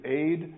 aid